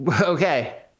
Okay